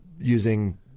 using